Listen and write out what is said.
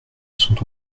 sont